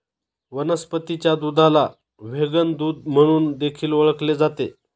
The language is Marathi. वनस्पतीच्या दुधाला व्हेगन दूध म्हणून देखील ओळखले जाते